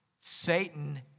Satan